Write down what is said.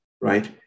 right